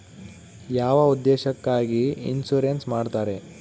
ಯಾವ ಉದ್ದೇಶಕ್ಕಾಗಿ ಇನ್ಸುರೆನ್ಸ್ ಮಾಡ್ತಾರೆ?